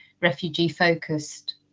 refugee-focused